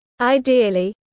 Ideally